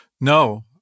No